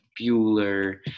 Bueller